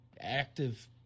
active